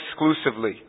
exclusively